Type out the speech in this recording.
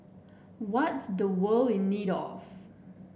what is the world in need of